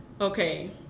Okay